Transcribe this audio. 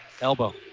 elbow